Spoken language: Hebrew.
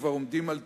כבר עומדים על תלם,